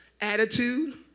attitude